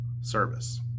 service